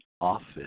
office